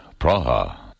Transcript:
Praha